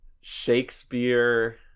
shakespeare